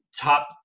Top